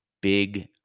big